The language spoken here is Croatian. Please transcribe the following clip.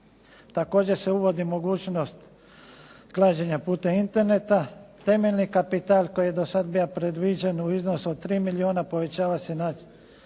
Također se uvodi mogućnost klađenja putem interneta. Temeljni kapital koji je do sad bio predviđen u iznosu od 3 milijuna povećava se na